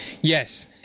Yes